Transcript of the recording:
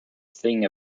thing